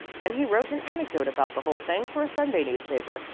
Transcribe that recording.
then he wrote an anecdote about the whole thing for a sunday newspaper,